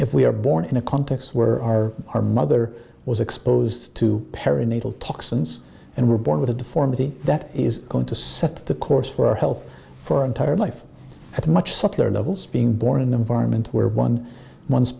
if we are born in a context where our our mother was exposed to perinatal toxins and we're born with a deformity that is going to set the course for our health for our entire life at a much subtler levels being born in the environment where one one's